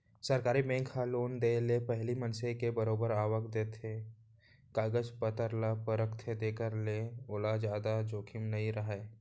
सरकारी बेंक ह लोन देय ले पहिली मनसे के बरोबर आवक देखथे, कागज पतर ल परखथे जेखर ले ओला जादा जोखिम नइ राहय